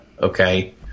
okay